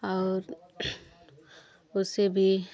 और उसे भी